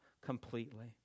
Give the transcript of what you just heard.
completely